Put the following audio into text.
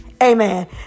Amen